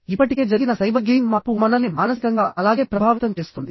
ఇప్పటికే జరిగిన సైబర్ గెయిన్ మార్పు మనల్ని మానసికంగా అలాగే ప్రభావితం చేస్తోంది